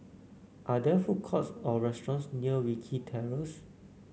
are there food courts or restaurants near Wilkie Terrace